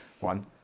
one